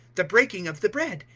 the breaking of the bread,